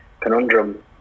conundrum